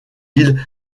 îles